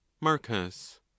marcus